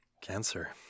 Cancer